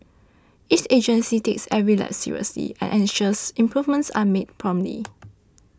each agency takes every lapse seriously and ensures improvements are made promptly